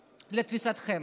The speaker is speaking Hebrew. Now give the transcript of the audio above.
לתפיסתכם.